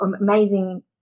amazing